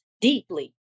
deeply